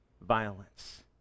violence